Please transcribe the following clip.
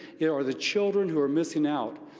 yeah are the children who are missing out,